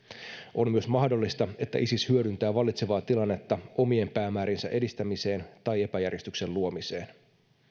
on myös mahdollista että isis hyödyntää vallitsevaa tilannetta omien päämääriensä edistämiseen tai epäjärjestyksen luomiseen